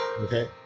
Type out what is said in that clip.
Okay